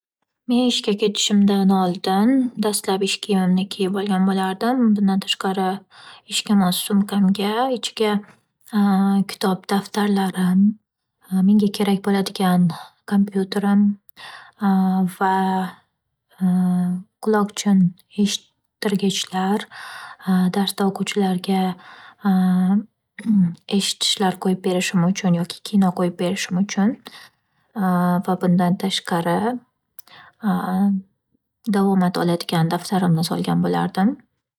Men ishga ketishimdan oldin dastlab ish kiyimimni kiyib olgan bo'lardim, bundan tashqari, ishga mos sumkamga ichiga kitob-daftarlarim menga kerak bo'ladigan kompyuterim va quloqchin eshittirgichlar darsda o'quvchilarga eshitishlar qo'yib berishim uchun yoki kino qo'yib berishim uchun. Va bundan tashqari davomat olgan daftarimni solgan bo'lardim.